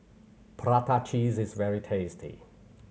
prata cheese is very tasty